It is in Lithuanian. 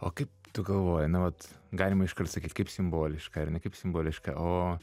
o kaip tu galvoji na vat galima iškart sakyti kaip simboliška ar ne kaip simboliška o